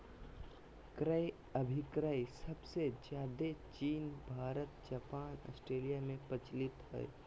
क्रय अभिक्रय सबसे ज्यादे चीन भारत जापान ऑस्ट्रेलिया में प्रचलित हय